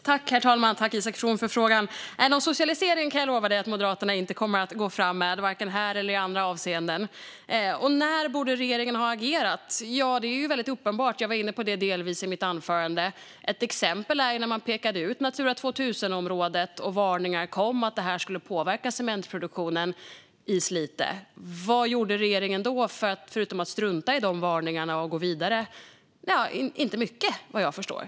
Herr talman! Tack, Isak From, för frågan! Nej, jag kan lova dig att Moderaterna inte kommer att gå fram med någon socialisering - varken här eller i andra avseenden. När borde regeringen ha agerat? Det är uppenbart. Jag var delvis inne på det i mitt anförande. Ett exempel är när man pekade ut Natura 2000-området och det kom varningar om att detta skulle påverka cementproduktionen i Slite. Vad gjorde regeringen då förutom att strunta i varningarna och gå vidare? Inte mycket, vad jag förstår.